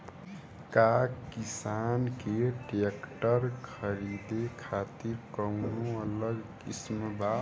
का किसान के ट्रैक्टर खरीदे खातिर कौनो अलग स्किम बा?